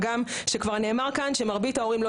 הגם שכבר נאמר כאן שמרבית ההורים לא